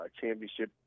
championship